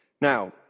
Now